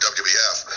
wbf